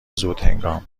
زودهنگام